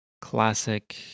Classic